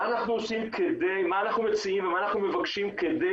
מה אנחנו מציעים ומה אנחנו מבקשים כדי